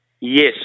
Yes